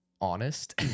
honest